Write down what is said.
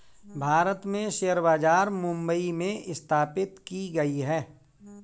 भारत में शेयर बाजार मुम्बई में स्थापित की गयी है